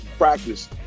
Practice